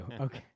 Okay